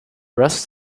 rest